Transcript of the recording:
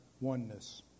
oneness